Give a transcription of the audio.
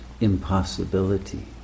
impossibility